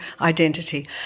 identity